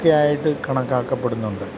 ഒക്കെ ആയിട്ട് കണക്കാക്കപ്പെടുന്നുണ്ട്